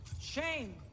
shame